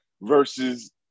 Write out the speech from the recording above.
versus